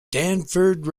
stanford